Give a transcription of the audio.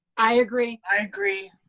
i agree. i agree.